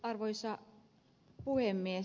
arvoisa puhemies